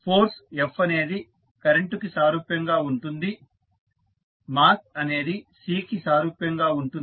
force F అనేది current కి సారూప్యంగా ఉంటుంది మాస్ అనేది C కి సారూప్యంగా ఉంటుంది